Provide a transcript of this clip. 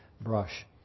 brush